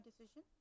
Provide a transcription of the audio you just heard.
decision